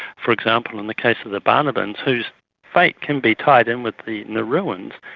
for example, in the case of the banabans, whose fate can be tied in with the nauruans,